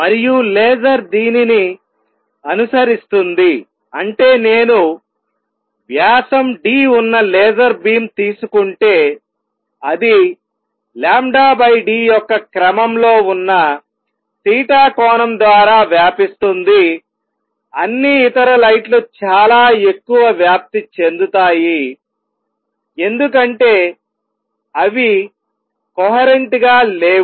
మరియు లేజర్ దీనిని అనుసరిస్తుంది అంటే నేను వ్యాసం d ఉన్న లేజర్ బీమ్ తీసుకుంటే అది d యొక్క క్రమంలో ఉన్న కోణం ద్వారా వ్యాపిస్తుందిఅన్ని ఇతర లైట్లు చాలా ఎక్కువ వ్యాప్తి చెందుతాయి ఎందుకంటే అవి కొహరెంట్ గా లేవు